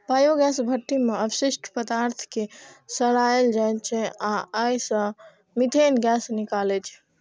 biogas भट्ठी मे अवशिष्ट पदार्थ कें सड़ाएल जाइ छै आ अय सं मीथेन गैस निकलै छै